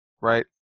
Right